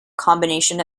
combination